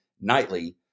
nightly